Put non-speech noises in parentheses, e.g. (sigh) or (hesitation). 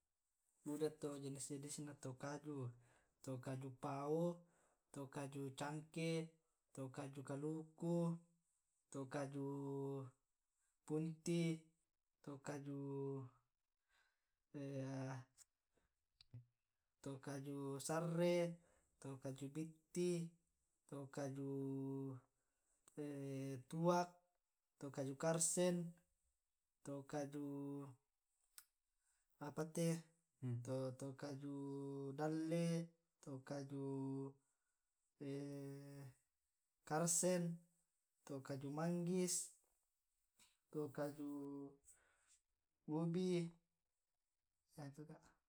buda to jenis jenis na to kaju, to kaju pao, kaju cangkeh, to kaju kaluku, to kaju punti, to kaju (hesitation) kaju sarre, to kajua bitti, (hesitation) to kaju tuak, to kaju karseng, to kaju apate to kaju dalle to kaju (hesitation) karseng, to kaju manggis, to kaju ubi.